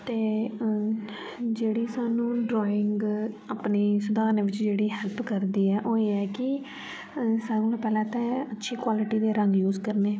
ते जेह्ड़ी सानु ड्राइंग अपनी सधारने बिच्च जेह्ड़ी हेल्प करदी ऐ ओह् एह् ऐ कि सारे कोला पैह्ले ते अच्छी क्वालटी दे रंग यूज करने